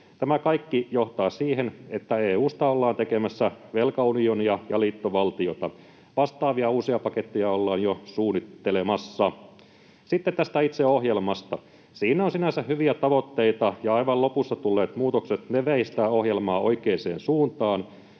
Tämä kaikki johtaa siihen, että EU:sta ollaan tekemässä velkaunionia ja liittovaltiota. Vastaavia uusia paketteja ollaan jo suunnittelemassa. Sitten tästä itse ohjelmasta: Siinä on sinänsä hyviä tavoitteita, ja aivan lopussa tulleet muutokset veivät sitä ohjelmaa oikeaan suuntaan.